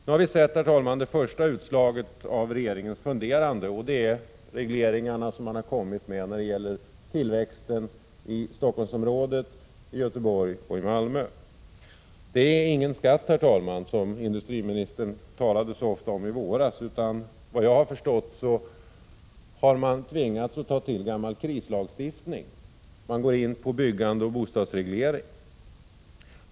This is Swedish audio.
Nu har vi sett, herr talman, det första utslaget av regeringens funderande, nämligen de regleringar som man har åstadkommit när det gäller tillväxten i Stockholmsområdet, i Göteborg och i Malmö. Det är inte fråga om någon skatt som industriministern talade så ofta om i våras. I stället har man, såvitt jag förstår, tvingats ta till gammal krislagstiftning. Man siktar in sig på byggande och bostadsreglering.